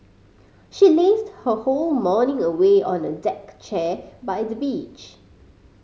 she lazed her whole morning away on a deck chair by the beach